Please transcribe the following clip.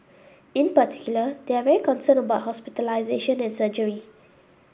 in particular they are very concerned about hospitalisation and surgery